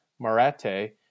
Marate